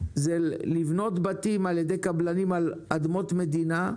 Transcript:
לבנות בתים על ידי קבלנים על אדמות מדינה,